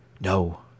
No